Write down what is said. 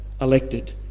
elected